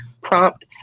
prompt